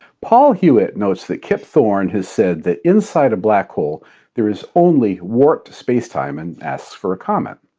paul hewitt notes that kip thorne has said that inside a black hole there is only warped spacetime and asks for a comment.